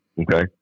Okay